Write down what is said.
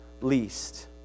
least